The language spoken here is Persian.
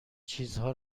چیزها